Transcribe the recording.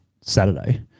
saturday